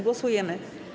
Głosujemy.